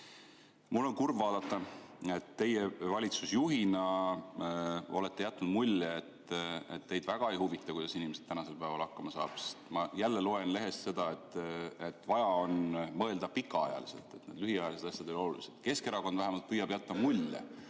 Mul on kurb vaadata, et teie valitsusjuhina olete jätnud mulje, et teid väga ei huvita, kuidas inimesed tänasel päeval hakkama saavad. Ma loen jälle lehest seda, et vaja on mõelda pikaajaliselt ja lühiajalised asjad ei ole olulised. Keskerakond vähemalt püüab jätta mulje,